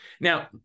now